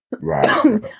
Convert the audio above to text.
Right